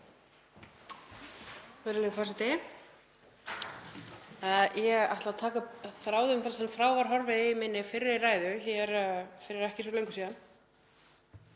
að taka upp þráðinn þar sem frá var horfið í minni fyrri ræðu hér fyrir ekki svo löngu þar